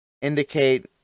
indicate